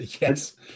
yes